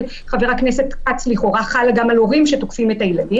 ההצעה של חבר הכנסת כץ לכאורה חלה גם על הורים שתוקפים את הילדים.